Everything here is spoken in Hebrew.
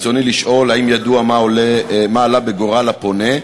ברצוני לשאול: 1. האם ידוע מה עלה בגורל הפונה?